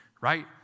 Right